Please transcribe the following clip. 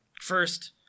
First